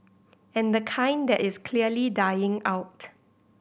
and the kind that is clearly dying out